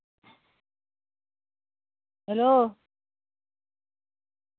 hello